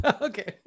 Okay